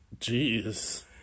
Jeez